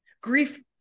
grief